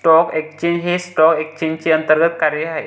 stock exchange हे stock एक्सचेंजचे अंतर्गत कार्य आहे